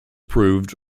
proved